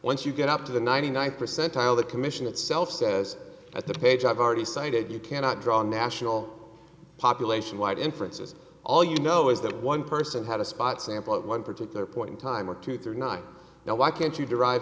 once you get up to the ninety ninth percentile the commission itself says at the page i've already cited you cannot draw national population wide inferences all you know is that one person had a spot sample at one particular point in time or two through nine now why can't you derive